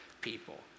people